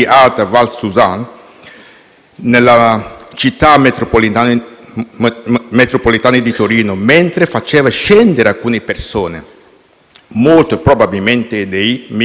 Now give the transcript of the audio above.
nella città metropolitana di Torino, mentre faceva scendere alcune persone, molto probabilmente dei migranti di origine africana,